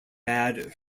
bad